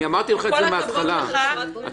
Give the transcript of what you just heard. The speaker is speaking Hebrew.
אני אמרתי לך מההתחלה -- עם כל הכבוד לך ---- אתה